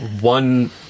one